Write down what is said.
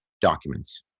documents